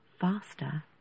faster